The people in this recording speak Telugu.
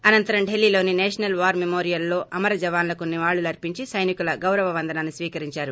అనంతరం ఢిల్లీలోని సేషనల్ వార్ మెమోరియల్లో అమర జవాన్లకు నివాళులర్పించి సైనికుల గౌరవ వందనాన్ని స్వీకరించారు